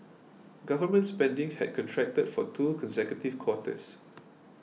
government spending had contracted for two consecutive quarters